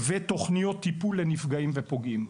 ותוכניות טיפול לנפגעים ופוגעים.